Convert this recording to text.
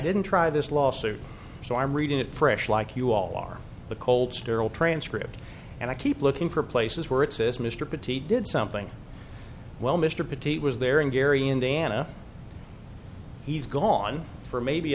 didn't try this lawsuit so i'm reading it fresh like you all are the cold sterile transcript and i keep looking for places where it says mr pretty did something well mr petite was there in gary indiana he's gone for maybe